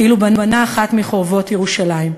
כאילו בנה אחת מחורבות ירושלים.